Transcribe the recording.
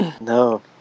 no